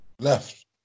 Left